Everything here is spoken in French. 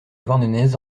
douarnenez